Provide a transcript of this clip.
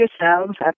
yourselves